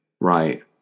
right